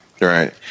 Right